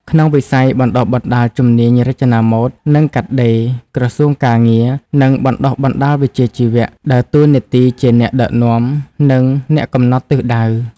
ក្នុងវិស័យបណ្ដុះបណ្ដាលជំនាញរចនាម៉ូដ និងកាត់ដេរ ក្រសួងការងារ និងបណ្ដុះបណ្ដាលវិជ្ជាជីវៈ ដើរតួនាទីជាអ្នកដឹកនាំ និងអ្នកកំណត់ទិសដៅ។